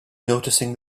noticing